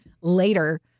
later